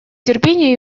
терпения